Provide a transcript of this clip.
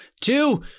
two